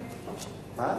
מה?